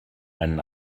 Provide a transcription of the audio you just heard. einen